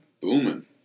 booming